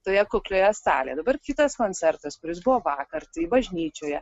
toje kuklioje salėje dabar kitas koncertas kuris buvo vakar tai bažnyčioje